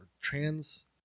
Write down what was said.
trans